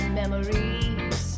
memories